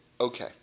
Okay